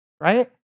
right